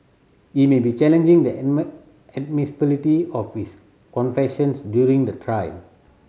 he may be challenging the admissibility of his confessions during the trial